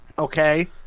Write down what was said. Okay